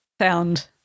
sound-